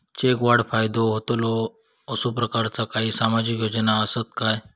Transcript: चेडवाक फायदो होतलो असो प्रकारचा काही सामाजिक योजना असात काय?